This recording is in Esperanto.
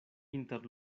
inter